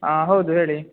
ಹಾಂ ಹೌದು ಹೇಳಿ